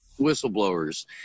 whistleblowers